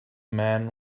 man